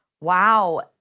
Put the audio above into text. wow